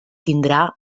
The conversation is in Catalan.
tindrà